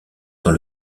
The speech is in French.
dans